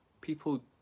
people